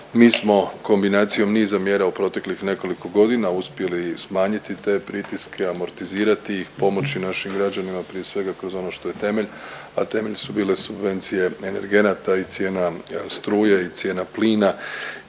Mi smo kombinacijom niza mjera u proteklih nekoliko godina uspjeli smanjiti te pritiske, amortizirati ih, pomoći našim građanima prije svega kroz ono što je temelj, a temelji su bile subvencije energenata i cijena struje i cijena plina